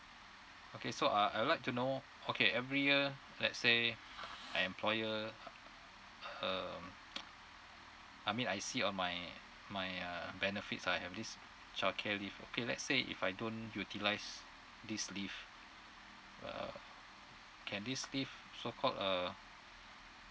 okay so uh I would like to know okay every year let's say my employer um I mean I see on my my uh benefits I have this childcare leave okay let's say if I don't utilise this leave uh can this leave so called uh